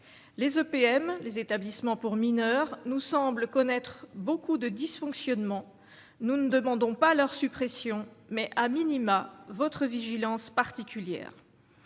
les EPM les établissements pour mineurs nous semble connaître beaucoup de dysfonctionnements, nous ne demandons pas à leur suppression mais a minima votre vigilance particulière,